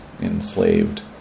enslaved